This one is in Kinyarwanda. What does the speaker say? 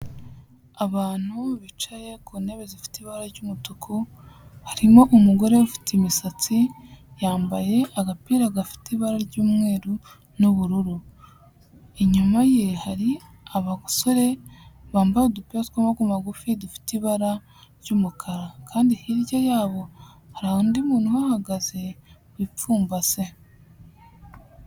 Abantu bicaye ku ntebe zifite ibara ry'umutuku, harimo umugore ufite imisatsi, yambaye agapira gafite ibara ry'umweru n'ubururu, inyuma ye hari abasore bambaye udupira tw'amaboko magufi dufite ibara ry'umukara, kandi hirya yabo hari undi muntu uhahagaze wipfumbase.